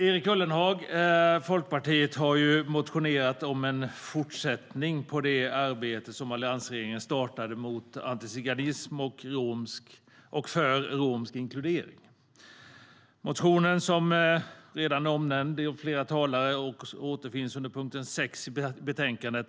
Erik Ullenhag från Folkpartiet har motionerat om en fortsättning på det arbete som alliansregeringen startade mot antiziganism och för romsk inkludering. Motionen är redan omnämnd av flera talare och återfinns under punkten 6 i betänkandet.